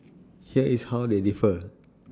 here is how they differ